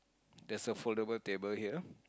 there's a foldable table here